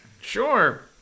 Sure